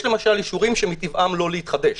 יש למשל, אישורים שמטבעם לא להתחדש.